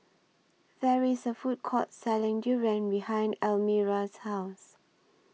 There IS A Food Court Selling Durian behind Elmira's House